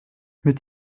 mit